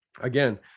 again